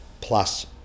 plus